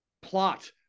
plot